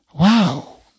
Wow